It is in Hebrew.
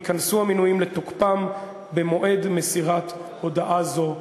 ייכנסו המינויים לתוקפם במועד מסירת הודעה זו בכנסת.